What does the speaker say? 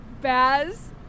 Baz